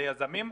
ליזמים,